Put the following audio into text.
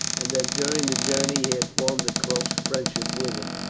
and that during the journey he had formed a close friendship with him.